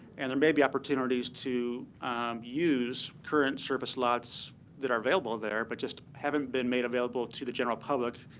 and there may be opportunities to use current service lots that are available there, but just haven't been made available to the general public,